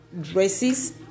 dresses